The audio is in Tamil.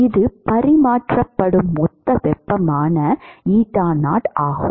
இது பரிமாற்றப்படும் மொத்த வெப்பமான ஆகும்